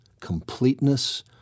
completeness